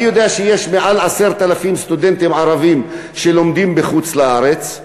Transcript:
אני יודע שיש מעל 10,000 סטודנטים ערבים שלומדים בחוץ-לארץ,